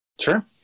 Sure